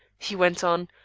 he went on,